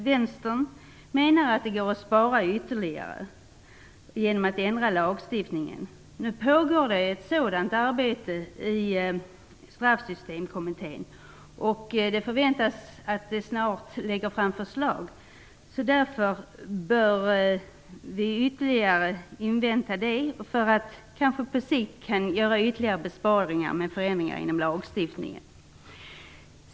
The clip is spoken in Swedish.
Vänstern menar att det går att spara ytterligare genom att lagstiftningen ändras. Nu pågår ett arbete i Straffsystemkommittén. Man förväntas snart lägga fram förslag. Det bör vi invänta. På sikt kan vi kanske göra ytterligare besparingar genom förändringar inom lagstiftningen.